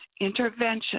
intervention